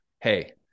hey